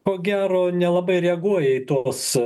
ko gero nelabai reaguoja į tuos